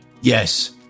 Yes